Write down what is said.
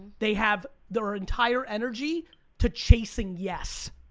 they have their entire energy to chasing yes.